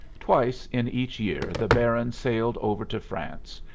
twice in each year the baron sailed over to france,